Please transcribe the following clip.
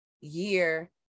year